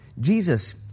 Jesus